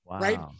Right